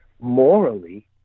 morally